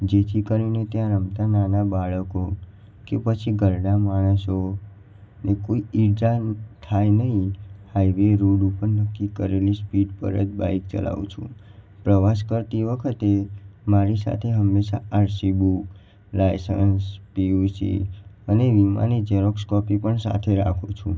જેથી કરીને ત્યાં રમતાં નાના બાળકો કે પછી ઘરડા માણસોને કોઈ ઈજા ન થાય નહીં હાઈવે રોડ ઉપર નક્કી કરેલી સ્પીડ પર જ બાઈક ચલાવું છું પ્રવાસ કરતી વખતે મારી સાથે હંમેશા R C book licence P U C અને વીમાની ઝેરોક્ષ કૉપી પણ સાથે રાખું છું